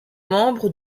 membre